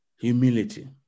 humility